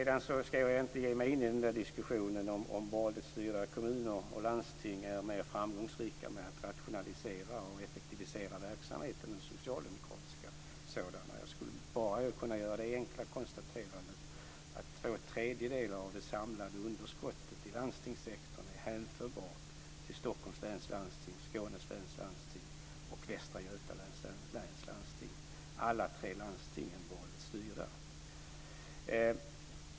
Jag ska egentligen inte ge mig in i diskussionen om ifall borgerligt styrda kommuner och landsting är mer framgångsrika med att rationalisera och effektivisera verksamheten än kommuner med socialdemokratiska majoriteter. Jag gör bara det enkla konstaterandet att två tredjedelar av det samlade underskottet i landstingssektorn är hänförbart till Stockholms läns landsting, Skånes läns landsting och Västra Götalands läns landsting - alla dessa tre landsting är borgerligt styrda.